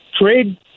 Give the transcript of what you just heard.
trade